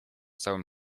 całym